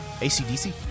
ACDC